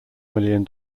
million